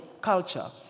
culture